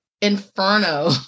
inferno